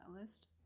list